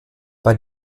bei